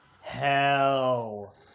hell